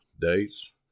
dates